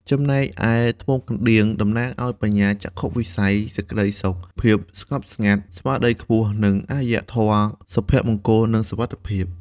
ចំណែកឯ ត្បូងកណ្តៀង តំណាងឲ្យបញ្ញា ចក្ខុវិស័យ សេចក្ដីសុខ ភាពស្ងប់ស្ងាត់ ស្មារតីខ្ពស់ និងអរិយធម៌ សុភមង្គលនិងសុវត្ថិភាព។